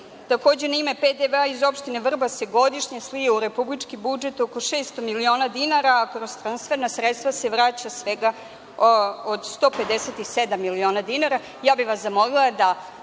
Takođe, na ima PDV iz opštine Vrbas se godišnje slije u republički budžet oko 600 miliona dinara, a kroz transferna sredstva se vraća oko 157 miliona dinara. Zamolila bih vas da sa